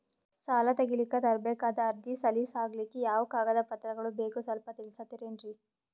ಸಾಲ ತೆಗಿಲಿಕ್ಕ ತರಬೇಕಾದ ಅರ್ಜಿ ಸಲೀಸ್ ಆಗ್ಲಿಕ್ಕಿ ಯಾವ ಕಾಗದ ಪತ್ರಗಳು ಬೇಕು ಸ್ವಲ್ಪ ತಿಳಿಸತಿರೆನ್ರಿ?